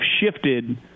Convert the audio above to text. shifted